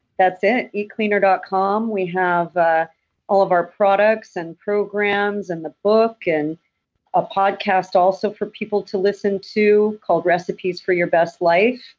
that's it. eatcleaner dot com. we have ah all of our products and programs and the book and a podcast also for people to listen to called recipes for your best life.